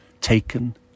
taken